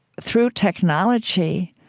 through technology,